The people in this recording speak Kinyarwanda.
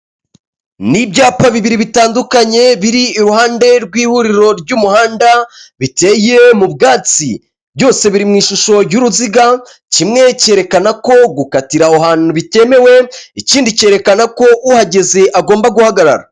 Ni ibyapa bibiri bitandukanye biri iruhande rw'ihuriro ry'umuhanda bitewe mu byatsi ,byose biri mu ishusho y'uruziga kimwe cyerekana ko gukatira aho hantu bitemewe ikindi cyerekana ko uhageze agomba guhagarara.